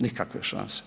Nikakve šanse.